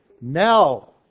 Now